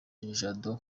jado